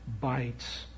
bites